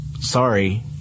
sorry